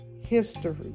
history